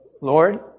Lord